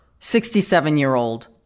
67-year-old